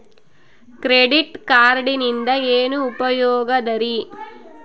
Credit ಕಾರ್ಡಿನಿಂದ ಏನು ಉಪಯೋಗದರಿ?